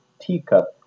teacup